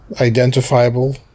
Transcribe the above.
identifiable